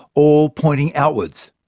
all pointing outwards.